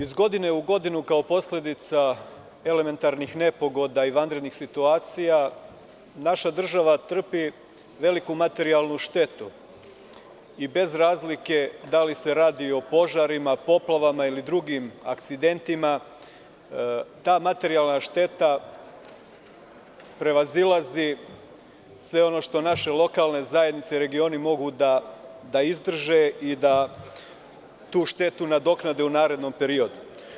Iz godine u godinu kao posledica elementarnih nepogoda i vanrednih situacija naša država trpi veliku materijalnu štetu i bez razlike da li se radi o požarima, poplavama ili drugim akcidentima, ta materijalna šteta prevazilazi sve ono što naše lokalne zajednice, regioni mogu da izdrže i da tu štetu nadoknade u narednom periodu.